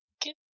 get